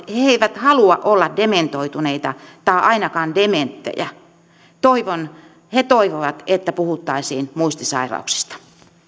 he halua olla dementoituneita tai ainakaan dementtejä he toivovat että puhuttaisiin muistisairauksista